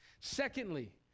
Secondly